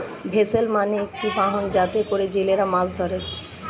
vessel মানে একটি বাহন যাতে করে জেলেরা মাছ ধরে